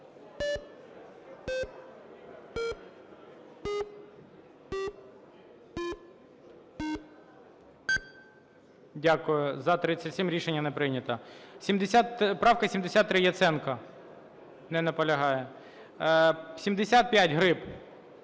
Дякую. За – 37. Рішення не прийнято. Правка 73, Яценко. Не наполягає. 75, Гриб.